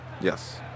Yes